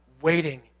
waiting